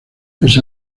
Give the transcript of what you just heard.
pese